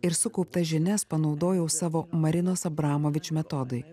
ir sukauptas žinias panaudojau savo marinos abramovič metodui